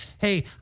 Hey